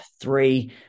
Three